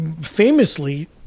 Famously